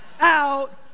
out